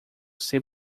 ser